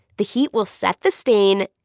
the heat will set the stain,